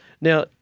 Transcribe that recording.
Now